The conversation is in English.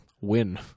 win